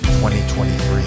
2023